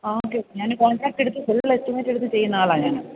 ആ ഓക്കെ ഞാൻ കോണ്ട്രാറ്ക്ട് എടുത്ത് ഫുൾ എസ്റ്റിമേറ്റ് എടുത്തു ചെയ്യുന്ന ആളാണ് ഞാൻ